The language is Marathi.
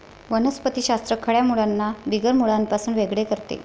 वनस्पति शास्त्र खऱ्या मुळांना बिगर मुळांपासून वेगळे करते